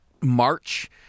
March